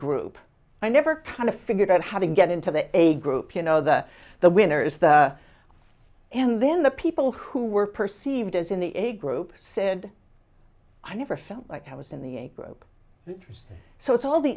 group i never kind of figured out how to get into the a group you know the the winner is the and then the people who were perceived as in the a group said i never felt like i was in the a group so it's all the